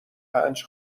پنج